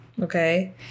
Okay